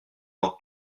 nord